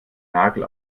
nagel